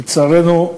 לצערנו,